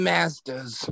Masters